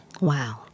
Wow